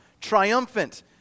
triumphant